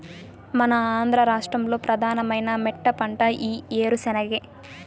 మన ఆంధ్ర రాష్ట్రంలో ప్రధానమైన మెట్టపంట ఈ ఏరుశెనగే